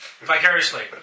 Vicariously